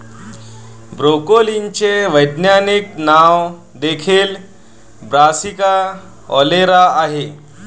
ब्रोकोलीचे वैज्ञानिक नाव देखील ब्रासिका ओलेरा आहे